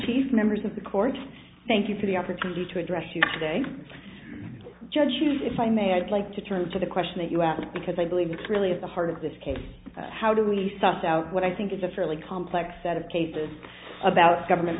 tif members of the court thank you for the opportunity to address you today judge judy if i may i'd like to turn to the question that us because i believe it's really at the heart of this case how do we sussed out what i think is a fairly complex set of cases about government